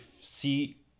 see